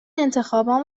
انتخابهام